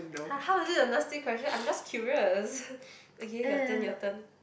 ha~ how was it a nasty question I'm just curious okay your turn your turn